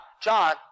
John